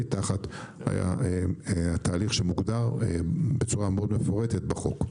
תחת התהליך שמוגדר בצורה מאוד מפורטת בחוק.